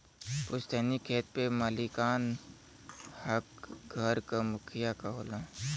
पुस्तैनी खेत पे मालिकाना हक घर क मुखिया क होला